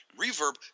Reverb